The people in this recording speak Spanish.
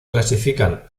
clasifican